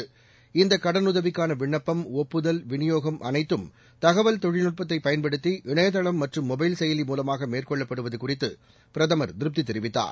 விநியோகம் அனைத்தும் கடனுதவிக்கான விண்ணப்பம் ஒப்புதல் தகவல் இந்தக் தொழில்நுட்பத்தை பயன்படுத்தி இணையதளம் மற்றும் மொபைல் செயலி மூலமாக மேற்கொள்ளப்படுவது குறித்து பிரதமர் திருப்தி தெரிவித்தார்